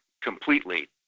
completely